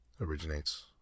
originates